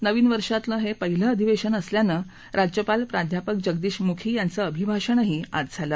नवीन वर्षातलं हे पहिलं अधिवेशन असल्यानं राज्यपाल प्राध्यापक जगदीश मुखी यांचं अभिभाषणही आज झालं